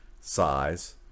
size